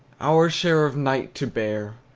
our share of night to bear,